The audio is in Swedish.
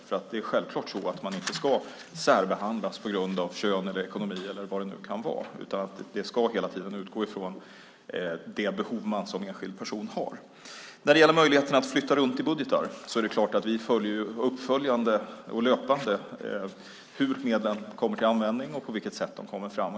Man ska självfallet inte särbehandlas på grund av kön, ekonomi eller vad det nu kan vara. Man ska hela tiden utgå ifrån det behov den enskilda personen har. När det gäller möjligheten att flytta runt i budgetar vill jag säga att vi löpande följer hur medlen kommer till användning och på vilket sätt de kommer fram.